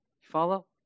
follow